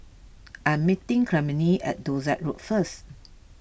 I am meeting Clemmie at Dorset Road first